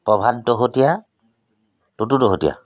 Prabhat Dahotia Tutu Dahotia